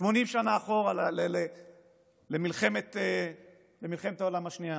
80 שנה אחורה, למלחמת העולם השנייה.